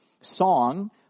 song